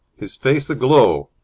his face aglow.